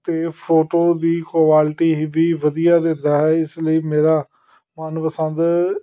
ਅਤੇ ਫੋਟੋ ਦੀ ਕੁਆਲਿਟੀ ਹੀ ਵੀ ਵਧੀਆ ਦਿੰਦਾ ਹੈ ਇਸ ਲਈ ਮੇਰਾ ਮਨਪਸੰਦ